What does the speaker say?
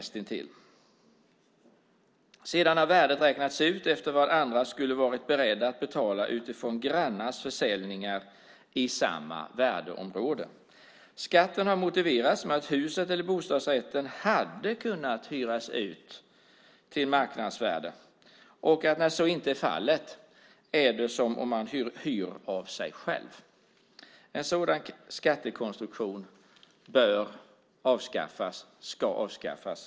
Sedan har värdet räknats utifrån vad andra skulle vara beredda att betala utifrån grannars försäljningar i samma värdeområde. Skatten har motiverats med att huset eller bostadsrätten hade kunnat hyras ut till marknadsvärde, och när så inte är fallet är det som om man hyr av sig själv. En sådan skattekonstruktion bör och ska avskaffas.